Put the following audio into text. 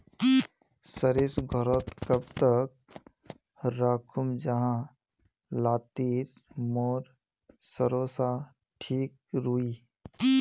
सरिस घोरोत कब तक राखुम जाहा लात्तिर मोर सरोसा ठिक रुई?